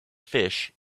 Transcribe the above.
fish